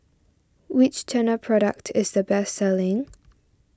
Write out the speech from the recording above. which Tena product is the best selling